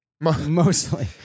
mostly